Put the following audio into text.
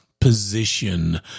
position